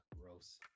gross